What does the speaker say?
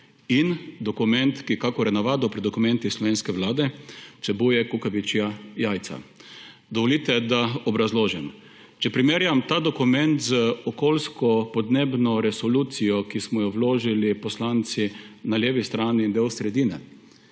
in dokument, ki kakor je navadno pri dokumentih slovenske vlade, vsebuje kukavičja jajca. Dovolite, da obrazložim. Če primerjam ta dokument z okoljsko podnebno resolucijo, ki smo jo vložili poslanci na levi strani do sredine,